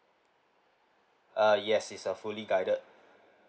uh yes is a fully guided